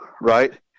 right